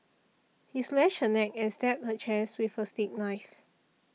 he slashed her neck and stabbed her chest with a steak knife